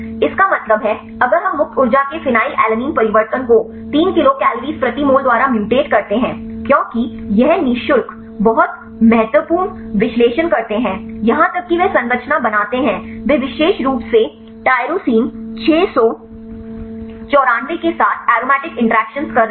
इसका मतलब है अगर हम मुक्त ऊर्जा के फिनाइल अलैनिन परिवर्तन को 3 किलोकल प्रति मोल द्वारा म्यूट करते हैं क्योंकि ये निशुल्क बहुत महत्वपूर्ण विश्लेषण करते हैं यहां तक कि वे संरचना बनाते हैं वे विशेष रूप से टाइरोसिन 694 के साथ एरोमेटिक इंटरैक्शन कर रहे हैं